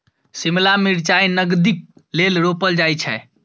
शिमला मिरचाई नगदीक लेल रोपल जाई छै